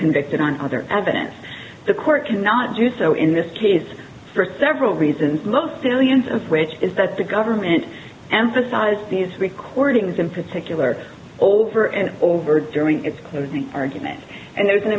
convicted on other evidence the court cannot do so in this case for several reasons most salient of which is that the government emphasized these recordings in particular over and over during its closing arguments and there's an